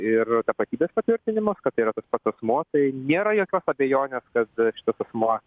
ir tapatybės patvirtinimus kad tai yra tas pats asmuo tai nėra jokios abejonės kad šitas asmuo